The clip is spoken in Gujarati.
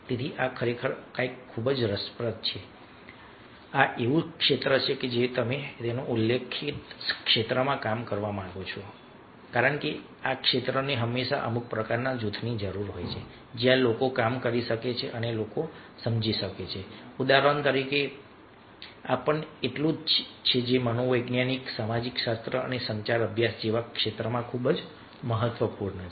તેથી આ ખરેખર કંઈક ખૂબ જ રસપ્રદ છે કે આ એક એવું ક્ષેત્ર છે જ્યાં લોકો મેં ઉલ્લેખિત ક્ષેત્રમાં કામ કરવા માંગે છે કારણ કે આ ક્ષેત્રોને હંમેશા અમુક પ્રકારના જૂથની જરૂર હોય છે જ્યાં લોકો કામ કરી શકે અને લોકો સમજી શકે ઉદાહરણ તરીકે આ પણ એટલું જ છે મનોવિજ્ઞાન સમાજશાસ્ત્ર અને સંચાર અભ્યાસ જેવા ક્ષેત્રમાં ખૂબ જ મહત્વપૂર્ણ છે